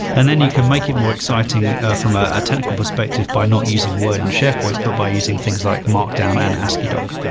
and then you can make it more exciting from ah a technical perspective by not using a word and sharepoint, but by using things like markdown and asciidoc.